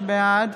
בעד